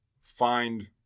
find